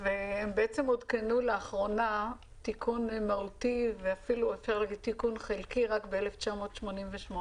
הן הותקנו לאחרונה ואפילו אפשר להגיד "תיקון חלקי" רק ב-1988.